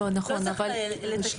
למיטב הבנתי,